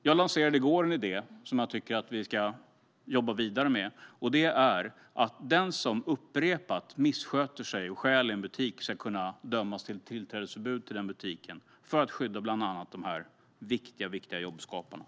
Jag lanserade i går en idé som jag tycker att vi ska jobba vidare med: Den som upprepat missköter sig och stjäl i en butik ska kunna dömas till tillträdesförbud i den butiken, för att skydda bland annat dessa viktiga jobbskapare.